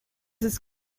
ist